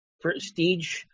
prestige